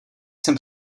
jsem